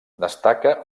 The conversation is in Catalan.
destaca